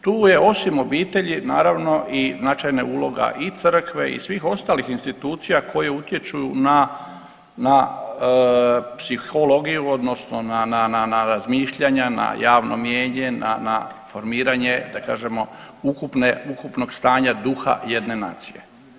Tu je osim obitelji naravno i značajnija uloga i Crkve i svih ostalih institucija koje utječu na psihologiju odnosno na razmišljanja, na javno mnijenje, na formiranje da kažemo ukupnog stanja duha jedne nacije.